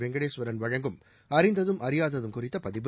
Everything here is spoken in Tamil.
வெங்கடேஸ்வரன் வழங்கும் அறிந்ததும் அறியாததும் குறித்த பதிவு